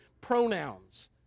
pronouns